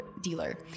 dealer